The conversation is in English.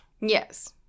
Yes